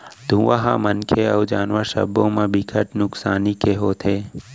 धुंआ ह मनखे अउ जानवर सब्बो म बिकट नुकसानी के होथे